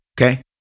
okay